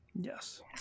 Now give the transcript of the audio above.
Yes